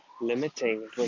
limiting